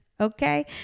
Okay